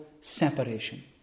separation